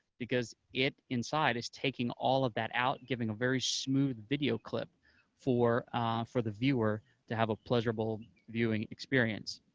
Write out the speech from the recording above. because it inside is taking all of that out, giving a very smooth video clip for for the viewer to have a pleasurable viewing experience.